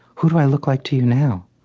who do i look like to you now?